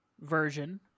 version